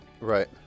Right